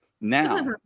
Now